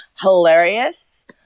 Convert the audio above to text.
hilarious